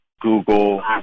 Google